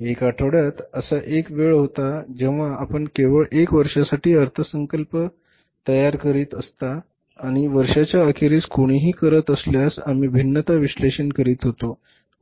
1 आठवड्यात असा एक वेळ होता जेव्हा आपण केवळ 1 वर्षासाठी अर्थसंकल्प तयार करीत असता आणि वर्षाच्या अखेरीस कोणीही करत असल्यास आम्ही भिन्नता विश्लेषण करीत होतो